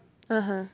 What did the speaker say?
(uh huh)